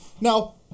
now